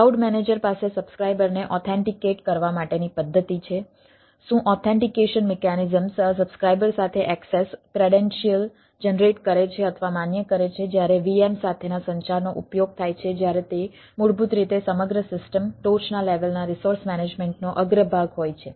cloud manager પાસે સબસ્ક્રાઇબરને authenticate લેવો પડશે